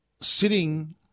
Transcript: sitting